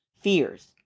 fears